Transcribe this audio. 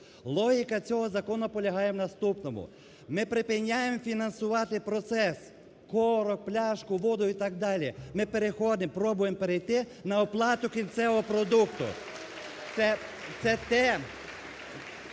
Логіка цього закону полягає в наступному: ми припиняємо фінансувати процес, короб, пляшку, воду і так далі, ми переходимо, пробуємо перейти на оплату кінцевого продукту. Це те,